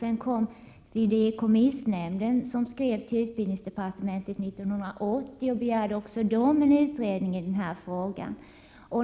Så kom fideikommissnämnden, som skrev till utbildningsdepartementet 1980 och också begärde en utredning i den här frågan.